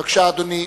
בבקשה, אדוני.